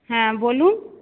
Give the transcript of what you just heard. হ্যাঁ বলুন